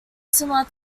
similar